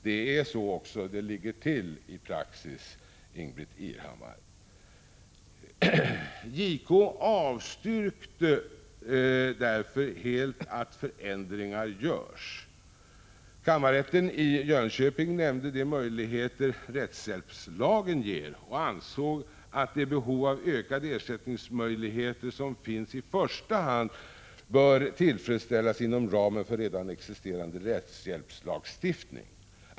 Det är också så det ligger till i praxis, Ingbritt Irhammar. JK avstyrkte därför helt att förändringar görs. Kammarrätten i Jönköping nämnde de möjligheter rättshjälpslagen ger och ansåg att det behov av ökade ersättningsmöjligheter som finns i första hand bör tillfredsställas inom ramen för redan existerande rättshjälpslagstiftning.